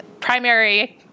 primary